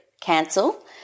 cancel